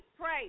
pray